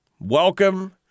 Welcome